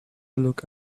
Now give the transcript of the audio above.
look